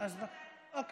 אורנה תעלה, אני אחריה.